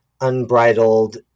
unbridled